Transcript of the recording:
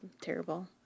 terrible